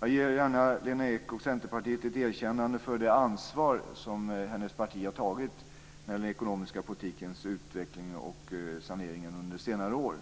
Jag ger gärna Lena Ek och Centerpartiet ett erkännande för det ansvar som man har tagit när det gäller den ekonomiska politikens utveckling och saneringen under senare år.